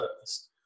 first